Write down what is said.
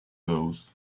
those